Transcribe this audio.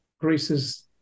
Greece's